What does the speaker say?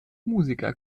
musiker